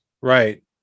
right